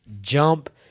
jump